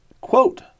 quote